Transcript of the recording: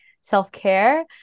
self-care